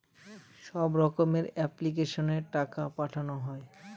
সব রকমের এপ্লিক্যাশনে টাকা পাঠানো হয়